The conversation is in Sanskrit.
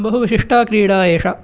बहु विशिष्टा क्रीडा एषा